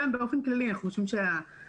גם באופן כללי אנחנו חושבים שהשיח,